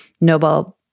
Nobel